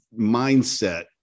mindset